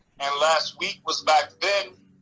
and last week was back then.